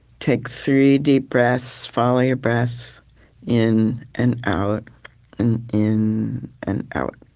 take three deep breaths, follow your breath in and out, and in and out,